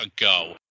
ago